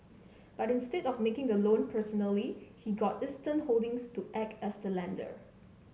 but instead of of making the loan personally he got Eastern Holdings to act as the lender